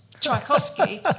Tchaikovsky